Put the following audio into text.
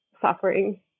suffering